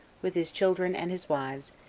with his children and his wives,